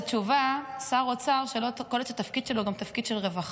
זו תשובה של שר אוצר שלא קולט שהתפקיד שלו הוא גם תפקיד של רווחה.